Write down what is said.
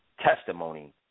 testimony